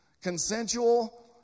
Consensual